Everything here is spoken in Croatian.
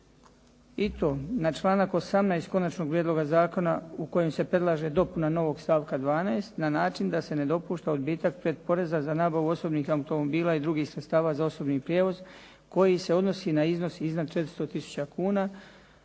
i to na članak 18. konačnog prijedloga zakona u kojem se predlaže dopuna novog stavka 12. na način da se ne dopušta odbitak pretporeza za nabavu osobnih automobila i drugih sredstava za osobni prijevoz, koji se odnosi na iznos iznad 400 tisuća